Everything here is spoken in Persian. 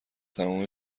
تموم